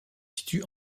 situe